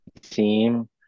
team